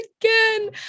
again